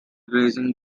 grazing